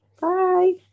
Bye